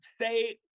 say